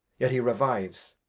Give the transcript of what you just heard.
yet he revives.